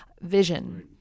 vision